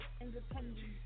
Independent